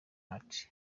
hart